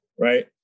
Right